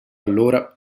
allora